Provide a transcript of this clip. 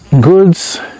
goods